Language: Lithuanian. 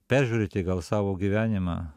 peržiūrėti gal savo gyvenimą